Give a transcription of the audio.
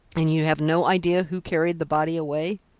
and you have no idea who carried the body away?